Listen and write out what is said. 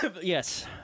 Yes